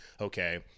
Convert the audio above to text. okay